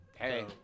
Hey